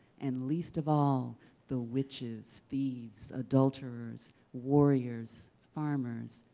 and least of all the witches, thieves, adulterers, warriors, farmers,